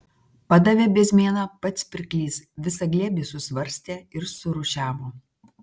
padavė bezmėną pats pirklys visą glėbį susvarstė ir surūšiavo